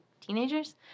teenagers